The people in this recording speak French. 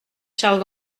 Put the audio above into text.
charles